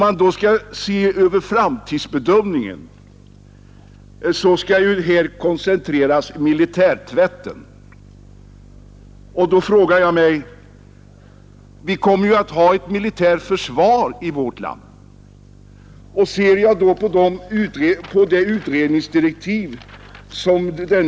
Om vi då bedömer företagets framtid, måste konstateras att militärtvätten kommer att koncentreras dit. Vi kommer ju även i fortsättningen att ha ett militärt försvar i vårt land.